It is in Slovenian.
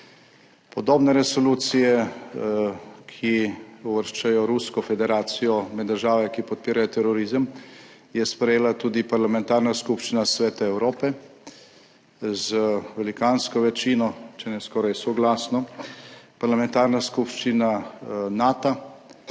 Podobne resolucije, ki uvrščajo Rusko federacijo med države, ki podpirajo terorizem, je sprejela tudi parlamentarna skupščina Sveta Evrope z velikansko večino, če ne skoraj soglasno, parlamentarna skupščina Nata